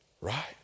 Right